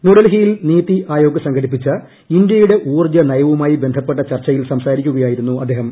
ന്യൂഡൽഹിയിൽ നിതി ആയോഗ് സംഘടിപ്പിച്ച ഇന്ത്യയുടെ ഊർജ്ജ നയവുമായി ബന്ധപ്പെട്ട ചർച്ചയിൽ സംസാരിക്കുകയായിരുന്നു അദ്ദേഹം